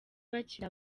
bakiri